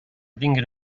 tinguen